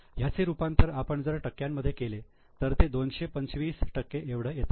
याचे रूपांतर आपण जर टक्क्यांमध्ये केले तर ते 225 टक्के एवढं येतं